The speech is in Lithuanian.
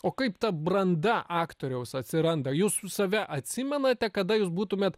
o kaip ta branda aktoriaus atsiranda jūs save atsimenate kada jūs būtumėt